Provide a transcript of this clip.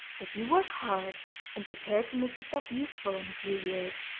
if you work hard and prepare to make yourself useful in a few years,